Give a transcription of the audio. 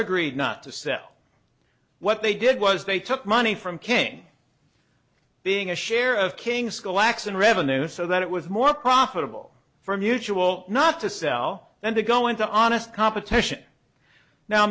agreed not to sell what they did was they took money from king being a share of king school lacks in revenues so that it was more profitable for mutual not to sell then they go into honest competition now